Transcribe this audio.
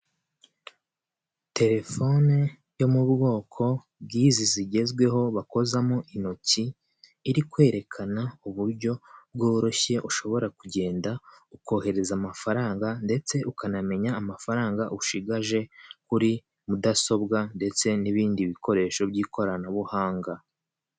Telefone yo mu bwoko bw'izi zigezweho bakozamo intoki iri kwerekana uburyo bworoshye ushobora kugenda ukohereza amafaranga ndetse ukanamenya amafaranga ushigaje kuri mudasobwa, ndetse n'ibindi bikoresho by'ikoranabuhanga.